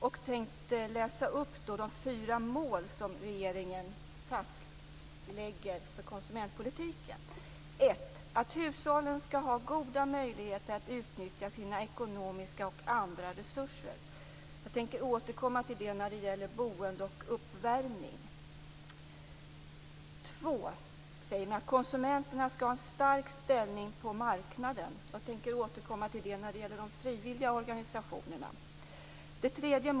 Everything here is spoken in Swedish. Jag tänkte läsa upp de fyra mål som regeringen lägger fast för konsumentpolitiken. 1. Hushållen skall ha goda möjligheter att utnyttja sina ekonomiska och andra resurser. Jag tänker återkomma till det när det gäller boende och uppvärmning. 2. Konsumenterna skall ha stark ställning på marknaden. Jag tänker återkomma till det när det gäller de frivilliga organisationerna.